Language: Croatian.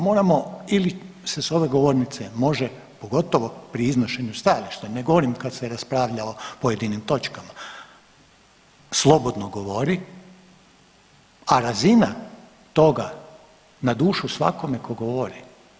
Moramo ili se s ove govornice može pogotovo pri iznošenju stajališta, ne govorim kad se raspravlja o pojedinim točkama, slobodno govori, a razina toga na dušu svakome ko govori.